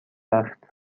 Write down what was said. رفت